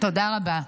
תודה רבה.